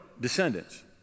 descendants